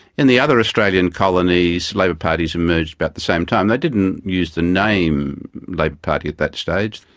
in the other australian colonies, labour parties emerged about the same time. they didn't use the name labor party at that stage,